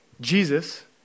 Jesus